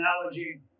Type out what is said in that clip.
analogy